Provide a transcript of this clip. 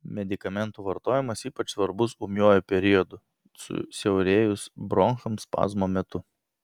medikamentų vartojimas ypač svarbus ūmiuoju periodu susiaurėjus bronchams spazmo metu